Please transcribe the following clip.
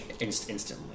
instantly